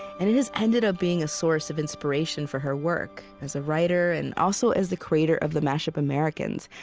and it has ended up being a source of inspiration for her work as a writer and also as the creator of the mash-up americans,